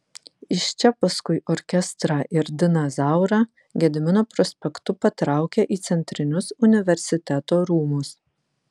iš čia paskui orkestrą ir diną zaurą gedimino prospektu patraukė į centrinius universiteto rūmus